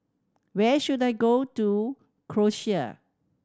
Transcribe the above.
where should I go to Croatia